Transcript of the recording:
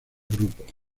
grupos